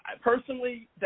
personally